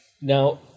Now